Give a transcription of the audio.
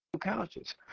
couches